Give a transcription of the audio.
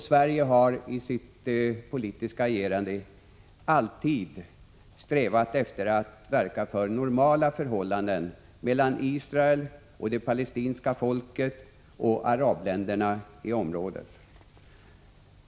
Sverige har i sitt politiska agerande alltid strävat efter att verka för normala förhållanden mellan staten Israel, det palestinska folket och arabländerna i området.